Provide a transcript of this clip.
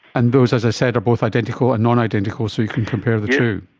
and those, as i said, are both identical and nonidentical so you can compare the two.